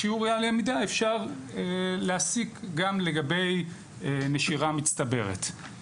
משיעור אי הלמידה אפשר להסיק גם לגבי נשירה מצטברת.